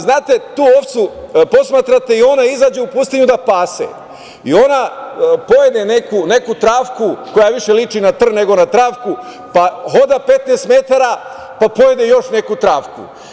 Znate, tu ovcu posmatrate i ona izađe u pustinju da pase i ona pojede neku travku, koja više liči na trn nego na travku, pa hoda 15 metara, pa pojede još neku travku.